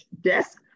desk